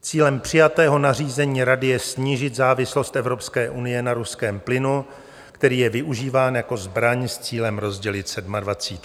Cílem přijatého nařízení Rady je snížit závislost Evropské unie na ruském plynu, který je využíván jako zbraň s cílem rozdělit sedmadvacítku.